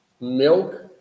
milk